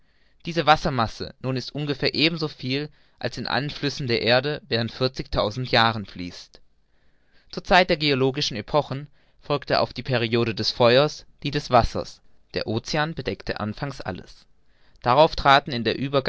diese wassermasse nun ist ungefähr eben so viel als in allen flüssen der erde während vierzigtausend jahren fließt zur zeit der geologischen epochen folgte auf die periode des feuers die des wassers der ocean bedeckte anfangs alles darauf traten in der